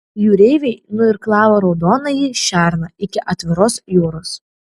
jūreiviai nuirklavo raudonąjį šerną iki atviros jūros